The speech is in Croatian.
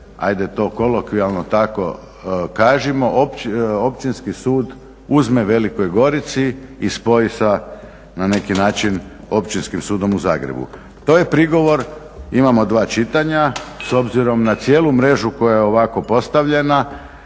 ajde to kolokvijalno tako kažimo Općinski sud uzme Velikoj Gorici i spoji sa na neki način Općinskim sudom u Zagrebu. To je prigovor, imamo dva čitanja, s obzirom na cijelu mrežu koja je ovako postavljena